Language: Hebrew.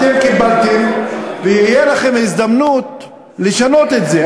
אתם קיבלתם, ותהיה לכם הזדמנות לשנות את זה.